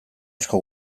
asko